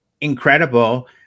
incredible